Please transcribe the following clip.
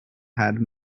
had